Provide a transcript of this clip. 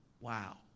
Wow